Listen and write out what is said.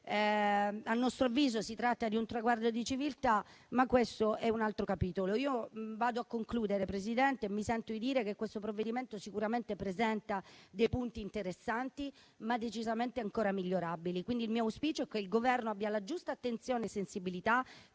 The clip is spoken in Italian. A nostro avviso si tratta di un traguardo di civiltà, ma questo è un altro capitolo. Vado a concludere, Presidente. Mi sento di dire che questo provvedimento sicuramente presenta dei punti interessanti, ma decisamente ancora migliorabili, quindi il mio auspicio è che il Governo abbia la giusta attenzione e sensibilità